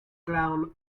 clown